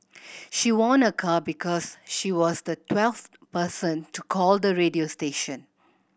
she won a car because she was the twelfth person to call the radio station